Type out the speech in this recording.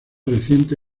reciente